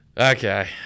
Okay